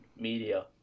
media